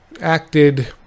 acted